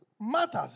matters